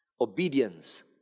Obedience